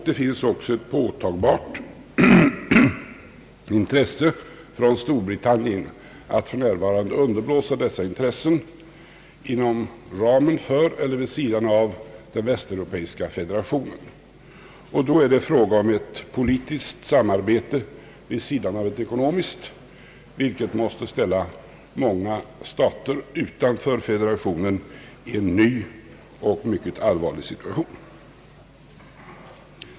Det finns också ett påtagbart intresse från Storbritannien att för närvarande underblåsa dessa intressen inom ramen för eller vid sidan av den västeuropeiska federationen. Då är det fråga om ett politiskt samarbete vid sidan av ett ekonomiskt, vilket måste ställa många stater utanför federationen i en ny och mycket allvarlig situation.